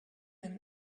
than